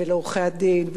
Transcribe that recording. ולעורכי-הדין,